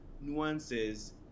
Nuances